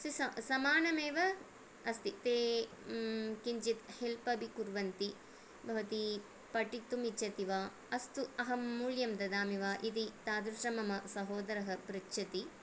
समानमेव अस्ति ते किञ्चित् हेल्प् अपि कुर्वन्ति भवती पठितुं इच्छति वा अस्तु अहं मूल्यं ददामि वा इति तादृशं मम सहोदरः पृच्छति